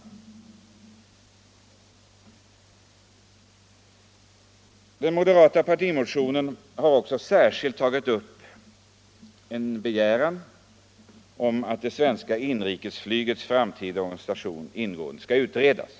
I den moderata partimotionen har också tagits upp en begäran om att det svenska inrikesflygets framtida organisation skall noggrant utredas.